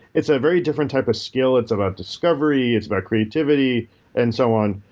it's a very different type of skill. it's about discovery. it's about creativity and so on.